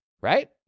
right